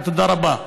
ותודה רבה.